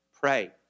Pray